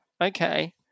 Okay